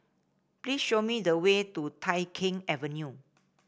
please show me the way to Tai Keng Avenue